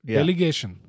Delegation